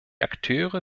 akteure